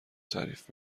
تعریف